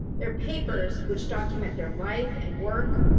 their papers, which document their life and work,